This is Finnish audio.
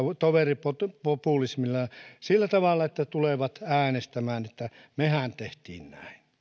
toveripopulismilla sillä tavalla että tulevat äänestämään että mehän tehtiin näin